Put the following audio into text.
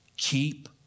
Keep